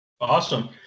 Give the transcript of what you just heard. Awesome